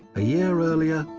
a year earlier,